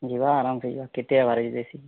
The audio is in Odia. ଯିବା ଆରାମସେ ଯିବା କେତେ ଆୱାର ହେଉଛି ଦେଖିକି